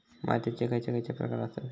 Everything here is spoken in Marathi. मातीयेचे खैचे खैचे प्रकार आसत?